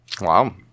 Wow